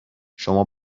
شما